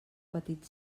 petit